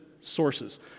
sources